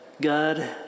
God